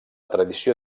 tradició